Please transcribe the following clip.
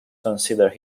considered